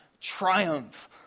triumph